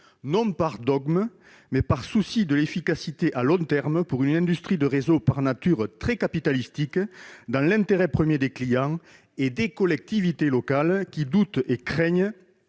non par dogme, mais par souci d'efficacité à long terme pour une industrie de réseaux par nature très capitalistique, dans l'intérêt premier des clients et des collectivités locales, qui doutent et craignent